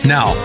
Now